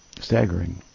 staggering